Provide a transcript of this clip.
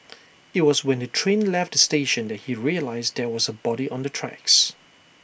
IT was when the train left the station that he realised there was A body on the tracks